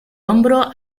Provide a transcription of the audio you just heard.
hombro